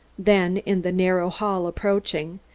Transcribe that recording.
then in the narrow hall approaching,